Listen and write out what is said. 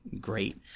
great